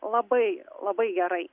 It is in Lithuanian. labai labai gerai